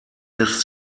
lässt